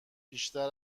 بیشتر